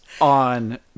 on